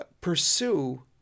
pursue